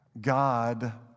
God